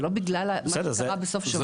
זה לא בגלל מה שקרה בסוף השבוע.